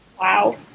Wow